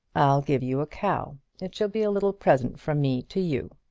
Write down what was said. i'll give you a cow. it shall be a little present from me to you.